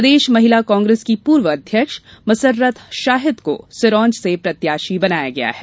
प्रदेश महिला कांग्रेस की पूर्व अध्यक्ष मसर्रत शाहिद को सिरोंज से प्रत्याशी बनाया है